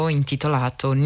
intitolato